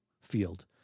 field